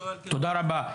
תודה רבה.